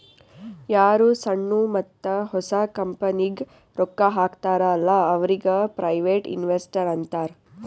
ಯಾರು ಸಣ್ಣು ಮತ್ತ ಹೊಸ ಕಂಪನಿಗ್ ರೊಕ್ಕಾ ಹಾಕ್ತಾರ ಅಲ್ಲಾ ಅವ್ರಿಗ ಪ್ರೈವೇಟ್ ಇನ್ವೆಸ್ಟರ್ ಅಂತಾರ್